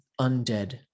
undead